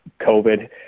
covid